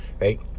right